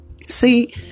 See